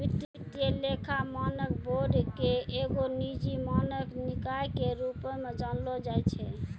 वित्तीय लेखा मानक बोर्ड के एगो निजी मानक निकाय के रुपो मे जानलो जाय छै